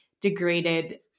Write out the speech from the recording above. degraded